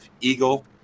Eagle